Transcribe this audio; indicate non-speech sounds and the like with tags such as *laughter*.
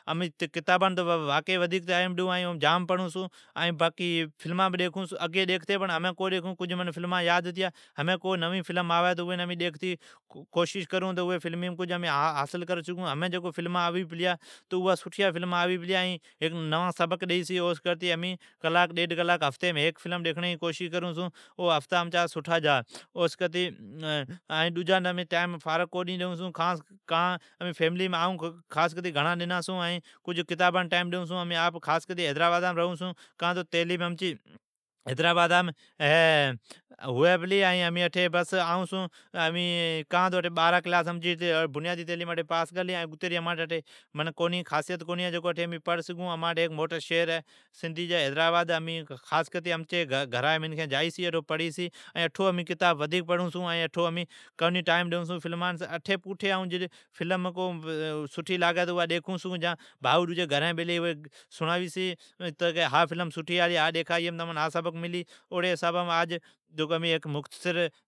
امین کتاباں ٹائیم ڈیئون چھون ائین پڑھون چھون۔ فلمان کو ٹئیم ڈیئون چھون۔ ھمین کو نوین فلم آوی چھی۔ ھمین جکو نویان فلما آوی پلیا اوام امین سبق سیکھڑین جی کوشش کرون چھون، ھفتیم ھیک دفا کلاک ڈو کلاک ،ھفتیم ھیک دفعا او امچا سٹھا گزری۔ امین ڈجی کان فارگ وقت کونی ڈیئون چھون کان تو امین باھر ھون چھون ائین امچی فیملی *hesitation* گھنڑاں ڈناں سوں آئوں چھوں، ائیں کتاباں وقت ڈیئون چھون۔ امین حیدرآبادام ریھون چھون ائین تعلیم امچی اٹھی ہویمی پلی۔ اٹھی میٹرکاس پچھی اتری خاصیت کونی ہے امیں پڑ سگھوں۔ امچی ھیک سندھی جی موٹی شھر ہے حیدر آباد اٹھو امچین گھرا جین منکھی جائی چھی ائین اٹھو امین فلمان کونی ٹائیم ڈیئون چھون۔ گھرین آئون چھون جکار موٹی بھائو ائی کیئی چھی ھا فلم ڈیکھا اییم تمان سٹھی جاڑ ملی او جی حسابا آج ھیک امین مختصر